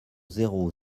zéro